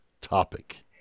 topic